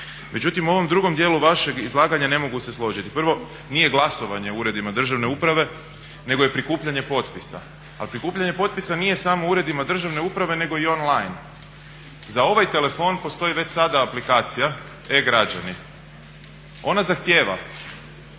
Međutim, u ovom drugom dijelu vašeg izlaganja ne mogu se složiti. Prvo, nije glasovanje u uredima državne uprave nego je prikupljanje potpisa. A prikupljanje potpisa nije samo u uredima državne uprave nego i on-line. Za ovaj telefon postoji već sada aplikacija e-građani. Ona zahtjeva